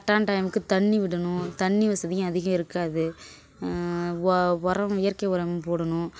கரெக்டான டைமுக்கு தண்ணி விடணும் தண்ணி வசதியும் அதிகம் இருக்காது ஒ உரம் இயற்கை உரம் போடணும்